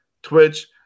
Twitch